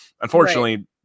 unfortunately